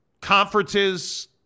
conferences